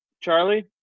Charlie